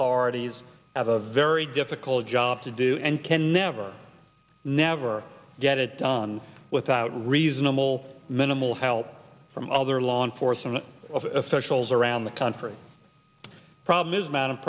authorities have a very difficult job to do and can never never get it done without reasonable minimal help from other law enforcement officials around the country problem is